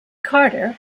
carter